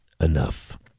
enough